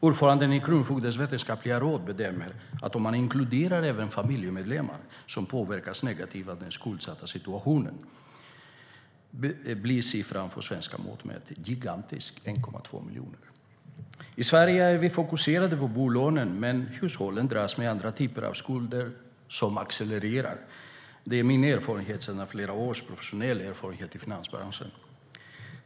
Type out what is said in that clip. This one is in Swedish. Ordföranden i Kronofogdens vetenskapliga råd bedömer att om man även inkluderar familjemedlemmar som påverkas negativt av den skuldsattes situation blir siffran med svenska mått mätt gigantisk, 1,2 miljoner. I Sverige är vi fokuserade på bolånen, men hushållen dras med andra typer av skulder som accelererar. Det är min erfarenhet efter flera års professionell verksamhet i finansbranschen.